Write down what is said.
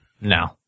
No